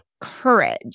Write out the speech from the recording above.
courage